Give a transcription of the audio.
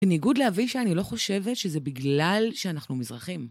בניגוד לאבי שאני לא חושבת שזה בגלל שאנחנו מזרחים.